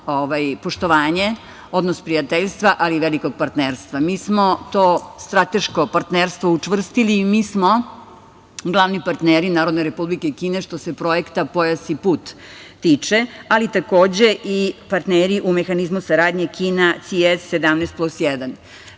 poštovanje, odnos prijateljstva, ali i velikog partnerstva. Mi smo to strateško partnerstvo učvrstili i mi smo glavni partneri Narodne Republike Kine, što se projekta „Pojas i put“ tiče, ali takođe i partneri u mehanizmu saradnje Kina CS 17+1.Što